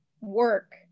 work